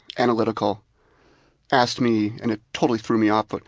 analytical asked me, and it totally threw me off, but